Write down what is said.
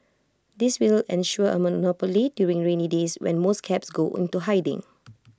this will ensure A monopoly during rainy days when most cabs go into hiding